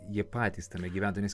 jie patys tame gyventų nes